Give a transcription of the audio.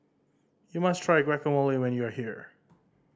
you must try Guacamole when you are here